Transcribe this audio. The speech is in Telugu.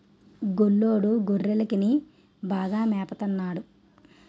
గొల్లోడు గొర్రెకిలని బాగా మేపత న్నాడు